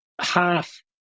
half